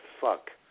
fuck